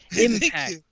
Impact